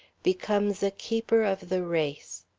becomes a keeper of the race.